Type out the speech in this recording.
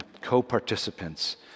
co-participants